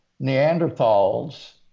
Neanderthals